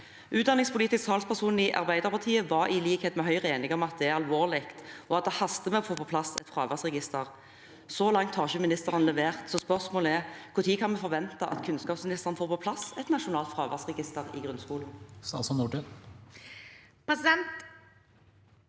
Utdanningspolitisk talsperson i Arbeiderpartiet mente i likhet med Høyre at dette er alvorlig, og at det haster med å få på plass et fraværsregister. Så langt har ikke ministeren levert, så spørsmålet er: Når kan vi forvente at kunnskapsministeren får på plass et nasjonalt fraværsregister i grunnskolen?